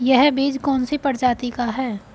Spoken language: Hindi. यह बीज कौन सी प्रजाति का है?